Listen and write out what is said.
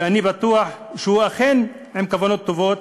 ואני בטוח שהוא אכן עם כוונות טובות